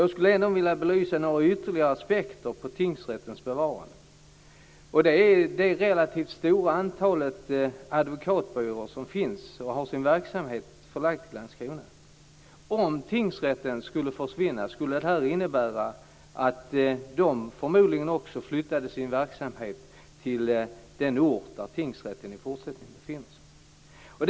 Jag skulle vilja belysa några ytterligare aspekter på tingsrättens bevarande. Det finns ett relativt stort antal advokatbyråer som har sin verksamhet förlagd till Landskrona. Om tingsrätten där skulle försvinna, skulle det förmodligen innebära att advokatbyråerna flyttade sin verksamhet till den ort där det i fortsättningen kommer att finnas tingsrätt.